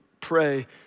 pray